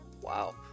wow